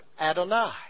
Adonai